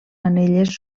anelles